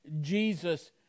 Jesus